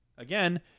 Again